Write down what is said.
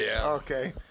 okay